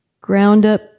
ground-up